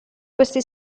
questi